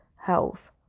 health